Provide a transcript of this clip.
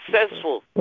successful